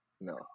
No